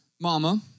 mama